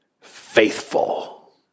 faithful